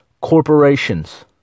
corporations